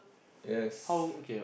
yes